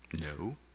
No